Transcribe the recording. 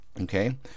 okay